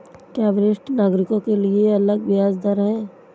क्या वरिष्ठ नागरिकों के लिए अलग ब्याज दर है?